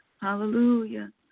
hallelujah